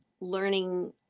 learning